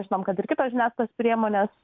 žinom kad ir kitos žiniasklaidos priemonės